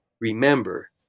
remember